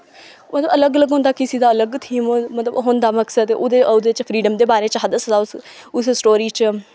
ओह्दे अलग अलग होंदा किसी दा अलग थीम मतलब होंदा मकसद ओह्दे च ओह्दे ओह्दे फ्रीडम दे बारे च हा दस्से दा उस उस स्टोरी च